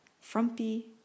Frumpy